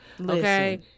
Okay